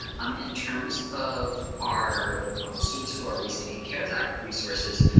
um in terms of our students who are receiving cares act resources,